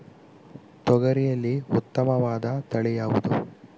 ತೊಗರಿಯಲ್ಲಿ ಉತ್ತಮವಾದ ತಳಿ ಯಾವುದು?